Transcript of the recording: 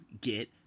get